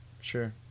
Sure